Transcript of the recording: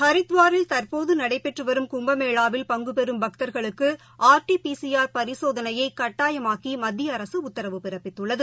ஹரித்வாரில் தற்போதநடைபெற்றுவரும் கும்பமேளாவில் பங்குபெறம் பக்தர்களுக்கு ஆர் டி பிசி ஆர் பரிசோதனையைகட்டாயமாக்கிமத்தியஅரசுஉத்தரவு பிறப்பித்துள்ளது